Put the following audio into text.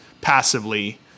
passively